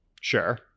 Sure